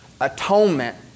atonement